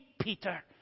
Peter